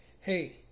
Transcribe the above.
hey